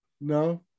no